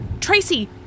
Tracy